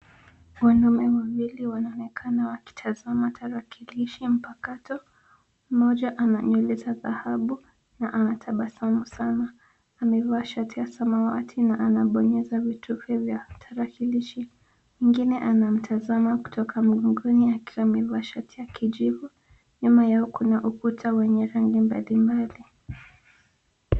Wanaume wawili wanaonekana wakitazama tarakilishi mpakato. Mmoja ana nywele za dhahabu na ametabasamu sana. Amevaa shati ya samawati na anabonyeza vitufe vya tarakilishi. Mwingine anamtazama kutoka mgongoni akiwa amevaa shati ya kijivu. Nyuma yao kuna ukuta wenye rangi mbalimbali.